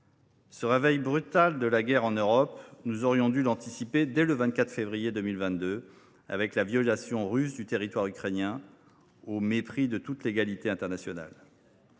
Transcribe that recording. Ce réveil brutal de la guerre en Europe, nous aurions dû l’anticiper dès le 24 février 2022, avec la violation russe du territoire ukrainien, au mépris de toute légalité internationale.